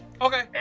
Okay